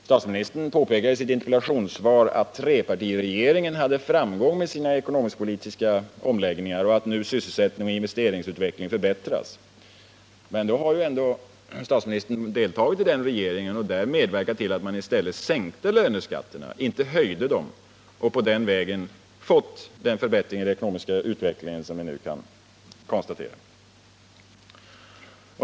Statsministern påpekar i sitt interpellationssvar att trepartiregeringen hade framgång med sina ekonomisk-politiska omläggningar och att nu sysselsättning och investeringsutveckling förbättras. Men då har ju ändå statsministern deltagit i den regeringen och därmed medverkat till att man i stället sänkte löneskatterna — inte höjde dem — och på den vägen fick en förbättring i den ekonomiska utvecklingen som vi nu kan konstatera.